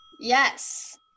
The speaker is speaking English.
Yes